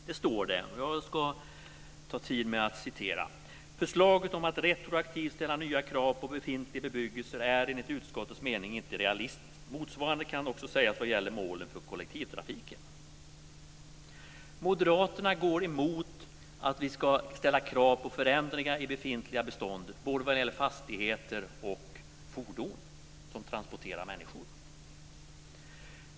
Där står det: "Förslaget om att retroaktivt ställa nya krav på befintlig bebyggelse är enligt utskottets mening inte realistiskt. Motsvarande kan också sägas vad gäller målen för kollektivtrafiken." Moderaterna går alltså emot att vi ska ställa krav på förändringar i befintliga bestånd vad gäller både fastigheter och fordon som transporterar människor.